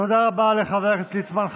תודה רבה לחבר הכנסת ליצמן.